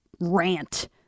rant